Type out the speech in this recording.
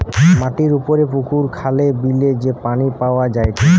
মাটির উপরে পুকুরে, খালে, বিলে যে পানি পাওয়া যায়টে